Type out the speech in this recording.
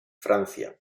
francia